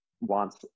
wants